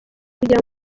kugira